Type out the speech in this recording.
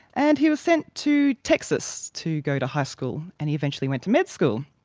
and he was sent to texas to go to high school. and he eventually went to med school.